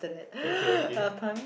okay okay